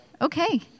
Okay